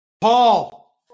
Paul